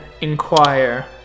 inquire